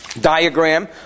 diagram